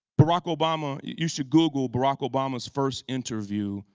barack obama you should google barack obama's first interview,